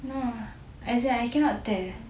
no as in I cannot tell